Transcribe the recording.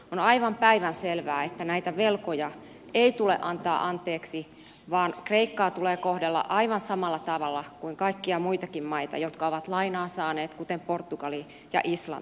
on aivan päivänselvää että näitä velkoja ei tule antaa anteeksi vaan kreikkaa tulee kohdella aivan samalla tavalla kuin kaikkia muitakin maita jotka ovat lainaa saaneet kuten portugalia ja irlantia